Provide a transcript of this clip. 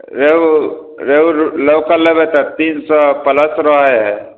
रेहु रेहु लोकल लेबै तऽ तीन सए प्लस रहै हय